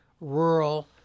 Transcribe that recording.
rural